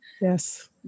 Yes